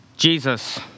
Jesus